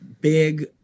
big